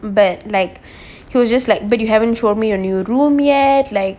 but like he was just like but you haven't shown me your new room yet like